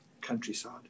Countryside